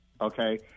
okay